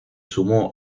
sumó